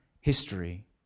history